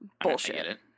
Bullshit